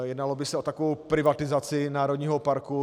Jednalo by se o takovou privatizaci národního parku.